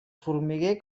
formiguer